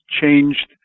Changed